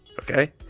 Okay